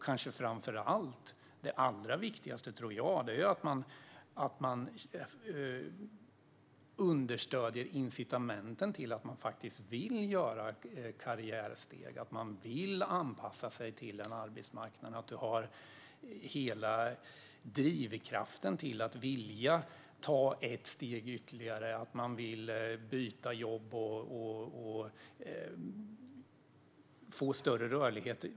Det allra viktigaste, tror jag, är att man understöder incitamenten till att människor vill göra karriärsteg och anpassa sig till en arbetsmarknad. Vi ska uppmuntra drivkraften till att vilja ta ett steg ytterligare, byta jobb och få större rörlighet.